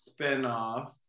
spinoff